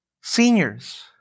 Seniors